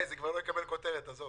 גיא, זה כבר לא יקבל כותרת, עזוב.